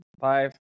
Five